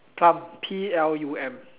plum P L U M